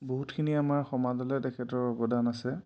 বহুতখিনি আমাৰ সমাজলৈ তেখেতৰ অৱদান আছে